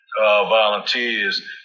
volunteers